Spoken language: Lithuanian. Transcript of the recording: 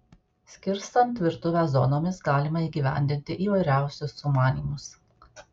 skirstant virtuvę zonomis galima įgyvendinti įvairiausius sumanymus